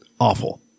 awful